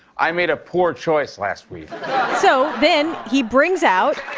i made a poor choice last week so then he brings out.